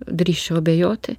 drįsčiau abejoti